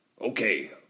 Okay